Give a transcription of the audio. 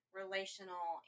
relational